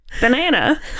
Banana